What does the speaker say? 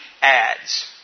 ads